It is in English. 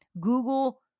Google